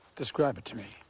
describe it to me.